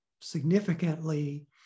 significantly